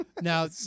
Now